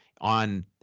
on